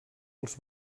els